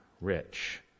rich